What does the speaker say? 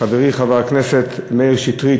חברי חבר הכנסת מאיר שטרית,